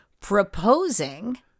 proposing